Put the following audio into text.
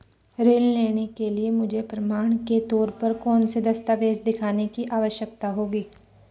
ऋृण लेने के लिए मुझे प्रमाण के तौर पर कौनसे दस्तावेज़ दिखाने की आवश्कता होगी?